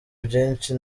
byinshi